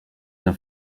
d’un